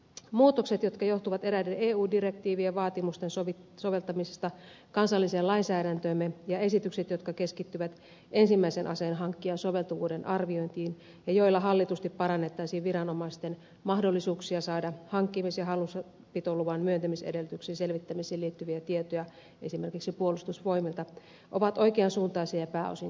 muutokset jotka johtuvat eräiden eu direktiivien vaatimusten soveltamisesta kansalliseen lainsäädäntöömme ja esitykset jotka keskittyvät ensimmäisen aseen hankkijan soveltuvuuden arviointiin ja joilla hallitusti parannettaisiin viranomaisten mahdollisuuksia saada hankkimis ja hallussapitoluvan myöntämisedellytysten selvittämisiin liittyviä tietoja esimerkiksi puolustusvoimilta ovat oikean suuntaisia ja pääosin kannatettavia